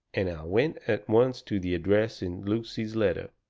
and i went at once to the address in lucy's letter.